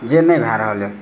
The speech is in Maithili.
जे नहि भए रहल यऽ